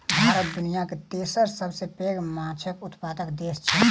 भारत दुनियाक तेसर सबसे पैघ माछक उत्पादक देस छै